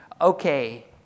Okay